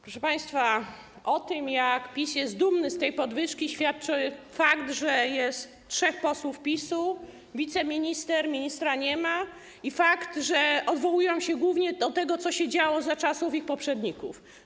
Proszę państwa, o tym, jak PiS jest dumny z tej podwyżki, świadczy fakt, że jest trzech posłów PiS, wiceminister, ministra nie ma, i fakt, że odwołują się głównie do tego, co działo się za czasów ich poprzedników.